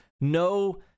no